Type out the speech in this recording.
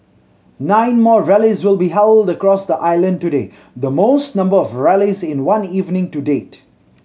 nine more rallies will be held across the island today the most number of rallies in one evening to date